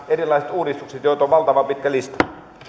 erilaiset uudistukset joita on valtavan pitkä lista